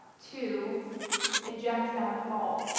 to inject that fault.